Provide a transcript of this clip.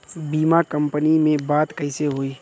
बीमा कंपनी में बात कइसे होई?